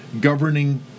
governing